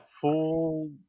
full